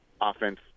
offense